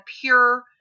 pure